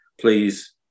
Please